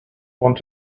want